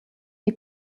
die